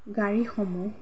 গাড়ীসমূহ